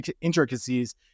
intricacies